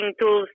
tools